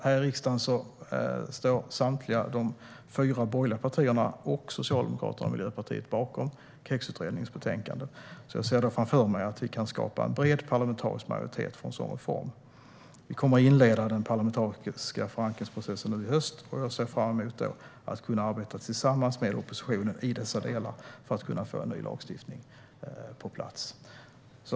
Här i riksdagen står samtliga de fyra borgerliga partierna, Socialdemokraterna och Miljöpartiet bakom KEX-utredningens betänkande, så jag ser framför mig att vi kan skapa en bred parlamentarisk majoritet för en sådan reform. Vi kommer att inleda den parlamentariska förankringsprocessen nu i höst. Jag ser då fram emot att kunna arbeta tillsammans med oppositionen i dessa delar för att kunna få en ny lagstiftning på plats.